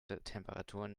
temperaturen